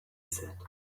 said